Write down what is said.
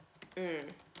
mm